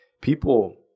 people